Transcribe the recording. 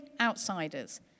outsiders